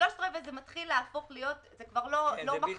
שלושה רבעים זה כבר לא מחלוקת,